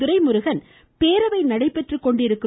துரைமுருகன் பேரவை நடைபெற்றுக்கொண்டிருக்கும் என்